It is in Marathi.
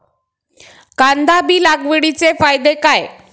कांदा बी लागवडीचे फायदे काय?